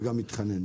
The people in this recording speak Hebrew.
וגם מתחנן,